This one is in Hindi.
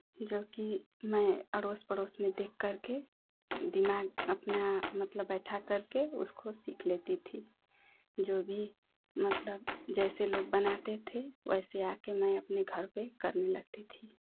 जो कि मैं अड़ोस पड़ोस में देख कर के दिमाग अपना मतलब बैठा करके उसको सीख लेती थी जो भी मतलब जैसे लोग बनाते थे वैसे आकर मैं अपने घर पर करने लगती थी